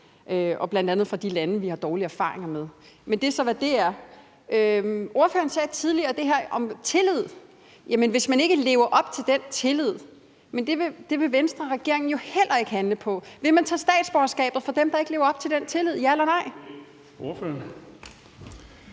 bl.a. fra de lande, vi har dårlige erfaringer med. Men det er så, hvad det er. Ordføreren sagde tidligere noget om det her med tillid. Jamen hvis man ikke lever op til den tillid, vil Venstre og regeringen jo heller ikke handle på det. Vil man tage statsborgerskabet fra dem, der ikke lever op til den tillid – ja eller nej?